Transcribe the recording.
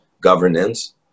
governance